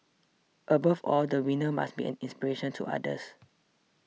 above all the winner must be an inspiration to others